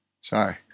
Sorry